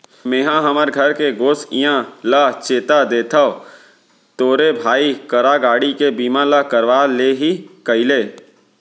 मेंहा हमर घर के गोसइया ल चेता देथव तोरे भाई करा गाड़ी के बीमा ल करवा ले ही कइले